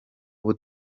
ubu